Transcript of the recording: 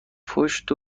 پشت